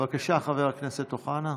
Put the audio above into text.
בבקשה, חבר הכנסת אוחנה.